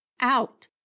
out